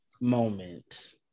moment